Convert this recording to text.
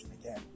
again